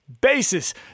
basis